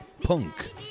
punk